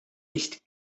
nicht